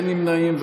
אין נמנעים,